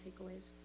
takeaways